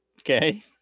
Okay